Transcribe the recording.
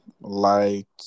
light